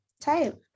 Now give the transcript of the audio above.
type